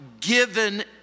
given